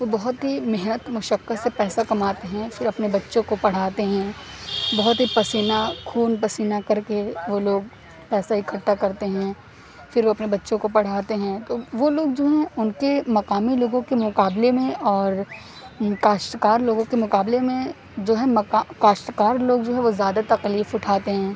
وہ بہت ہی محنت مشقت سے پیسہ کماتے ہیں پھر اپنے بچوں کو پڑھاتے ہیں بہت پسینہ خون پسینہ کر کے وہ لوگ پیسہ اکٹھا کرتے ہیں پھر وہ اپنے بچوں کو پڑھاتے ہیں تو وہ لوگ جو ہے ان کے مقامی لوگوں کے مقابلے میں اور کاشتکار لوگوں کے مقابلے میں جو ہے مقا کاشتکار لوگ جو ہے زیادہ تکلیف اٹھاتے ہیں